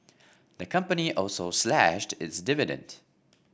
the company also slashed its dividend